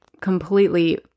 completely